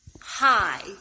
Hi